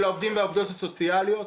של העובדים והעובדות הסוציאליות.